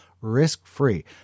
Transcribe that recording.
risk-free